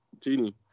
Genie